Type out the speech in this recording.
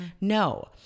No